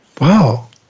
Wow